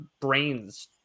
brains